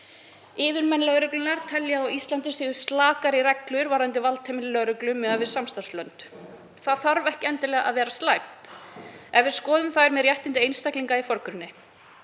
Yfirmenn lögreglunnar telja að á Íslandi séu slakari reglur varðandi valdheimildir lögreglu miðað við samstarfslönd. Það þarf ekki endilega að vera slæmt ef við skoðum málið með réttindi einstaklinga í forgrunni.